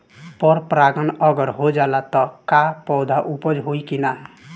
पर परागण अगर हो जाला त का पौधा उपज होई की ना?